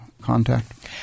contact